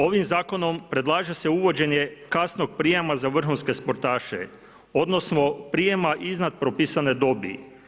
Ovim Zakonom predlaže se uvođenje kasnog prijema za vrhunske sportaše, odnosno prijema iznad propisane dobi.